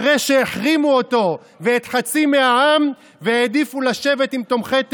אחרי שהחרימו אותו ואת חצי מהעם והעדיפו לשבת עם תומכי טרור,